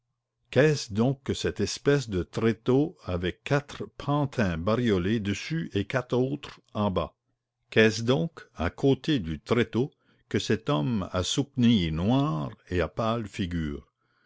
qu'est-ce donc que cette espèce de tréteau avec quatre pantins bariolés dessus et quatre autres en bas qu'est-ce donc à côté du tréteau que cet homme à souquenille noire et à pâle figure